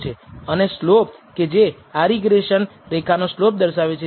અને સ્લોપ કે જે આ રિગ્રેસન રેખાનો સ્લોપ દર્શાવે છે તે β1 છે